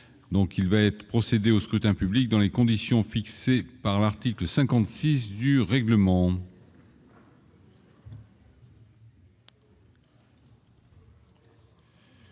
donc il va être procédé au scrutin public dans les conditions fixées par l'article 56 du règlement.